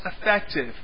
effective